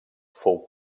fou